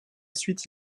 suite